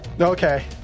Okay